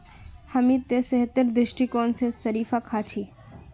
हामी त सेहतेर दृष्टिकोण स शरीफा खा छि